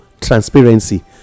transparency